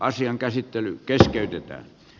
asian käsittely keskeytetään